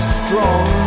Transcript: strong